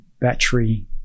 battery